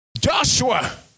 Joshua